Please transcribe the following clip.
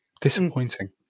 Disappointing